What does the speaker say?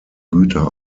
güter